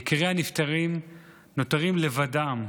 יקירי הנפטרים נותרים לבדם.